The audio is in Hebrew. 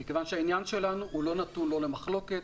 כי העניין שלנו לא נתון למחלוקת.